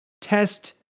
test